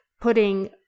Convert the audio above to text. putting